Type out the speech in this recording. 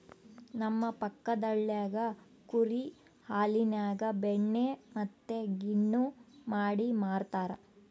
ನಮ್ಮ ಪಕ್ಕದಳ್ಳಿಗ ಕುರಿ ಹಾಲಿನ್ಯಾಗ ಬೆಣ್ಣೆ ಮತ್ತೆ ಗಿಣ್ಣು ಮಾಡಿ ಮಾರ್ತರಾ